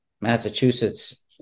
Massachusetts